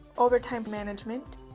overtime management,